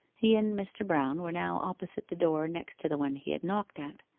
he and mr. brown were now opposite the door next to the one he had knocked at.